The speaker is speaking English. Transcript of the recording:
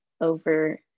over